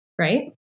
right